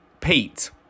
Pete